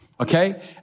Okay